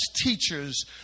teachers